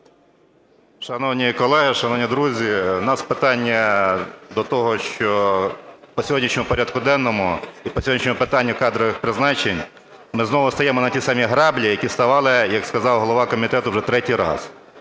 Шановні колеги, шановні друзі, у нас питання до того, що по сьогоднішньому порядку денному і по сьогоднішньому питанню кадрових призначень ми знову стаємо на ті самі граблі, на які ставали, як сказав голова комітету, вже третій раз.